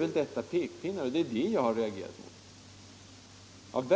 väl pekpinnar? Det är vad jag har reagerat mot.